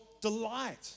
delight